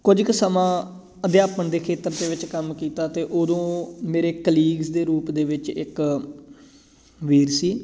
ਕੁਝ ਕੁ ਸਮਾਂ ਅਧਿਆਪਨ ਦੇ ਖੇਤਰ ਦੇ ਵਿੱਚ ਕੰਮ ਕੀਤਾ ਤਾਂ ਉਦੋਂ ਮੇਰੇ ਕਲੀਗਸ ਦੇ ਰੂਪ ਦੇ ਵਿੱਚ ਇੱਕ ਵੀਰ ਸੀ